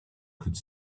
could